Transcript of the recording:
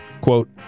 quote